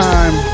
Time